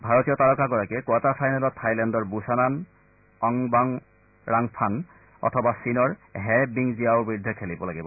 ভাৰতীয় তাৰকাগৰাকীয়ে কোৱাৰ্টাৰ ফাইনেলত থাইলেণ্ডৰ বুছানান অংবামৰাংফান অথবা চীনৰ হে বিংজিয়াওৰ বিৰুদ্ধে খেলিব লাগিব